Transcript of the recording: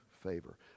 favor